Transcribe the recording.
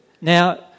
Now